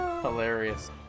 Hilarious